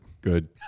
Good